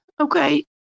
okay